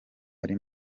ari